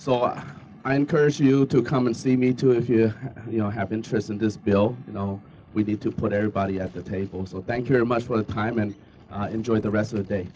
so i encourage you to come and see me too if you you know have interest in this bill you know we need to put everybody at the table so thank you very much for the time and enjoy the rest of the day